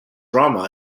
drama